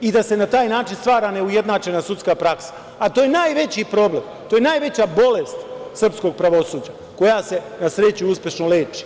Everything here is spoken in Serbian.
i da se na taj način stvara neujednačena sudska praksa, a to je najveći problem, to je najveća bolest srpskog pravosuđa koja se, na sreću, uspešno leči.